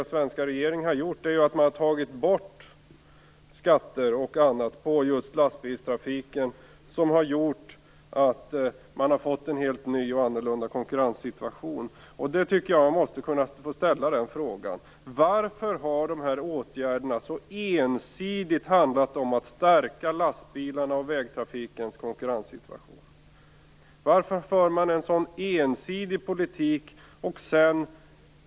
Den svenska regeringen har ju tagit bort skatter och annat på lastbilstrafiken, och detta har gett en helt ny och annorlunda konkurrenssituation. Man måste kunna få ställa frågorna: Varför har åtgärderna så ensidigt handlat om att stärka lastbilarnas och vägtrafikens konkurrenssituation? Varför för regeringen en sådan ensidig politik?